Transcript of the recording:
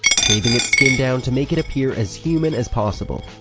shaving its skin down to make it appear as human as possible.